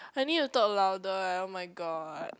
I need to talk louder eh [oh]-my-god